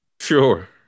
Sure